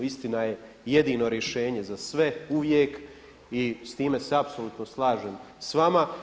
Istina je jedino rješenje za sve uvijek i s time se apsolutno slažem s vama.